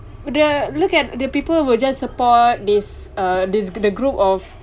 the look at the people will just support this uh this the group of